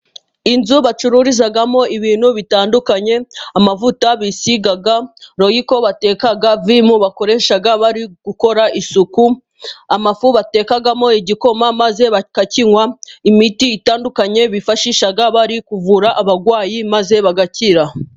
Inzu bacururizamo ibintu bitandukanye, amavuta bisigaga, royiko bateka, vimu bakoresha bari gukora isuku, amafu batekamo igikoma maze bakakinywa, imiti itandukanye bifashisha bari kuvura abarwayi maze bagakira.